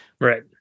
Right